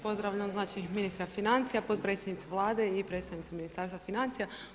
Pozdravljam ministra financija, potpredsjednicu Vlade i predstavnicu ministarstva financija.